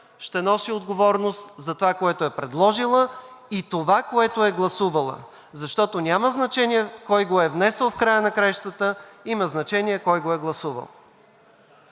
ще носи отговорност за това, което е предложила, и това, което е гласувала, защото няма значение кой го е внесъл в края на краищата, има значение кой го е гласувал.